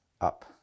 up